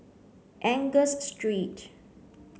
Angus Street